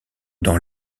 dans